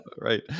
Right